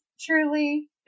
truly